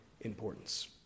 importance